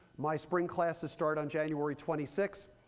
my spring classes start on january twenty six.